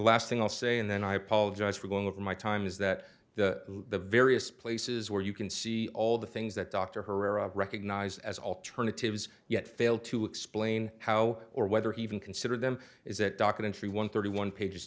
last thing i'll say and then i apologize for going over my time is that the various places where you can see all the things that dr herrera recognized as alternatives yet fail to explain how or whether he even considered them is that documentary one thirty one page